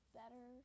better